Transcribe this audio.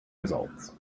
results